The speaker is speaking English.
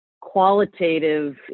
qualitative